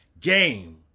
game